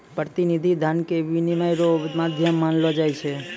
प्रतिनिधि धन के विनिमय रो माध्यम मानलो जाय छै